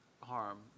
harm